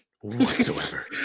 whatsoever